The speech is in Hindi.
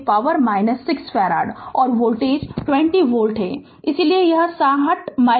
और वोल्टेज 20 वोल्ट है इसलिए यह 60 माइक्रो कूलम्ब है